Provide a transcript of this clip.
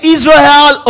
Israel